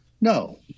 No